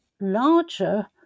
larger